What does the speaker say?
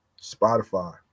Spotify